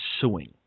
suing